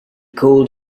called